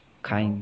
kind